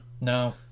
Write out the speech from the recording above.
No